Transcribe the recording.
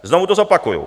Znovu to zopakuji.